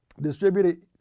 distributed